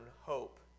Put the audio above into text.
hope